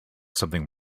something